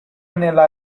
nella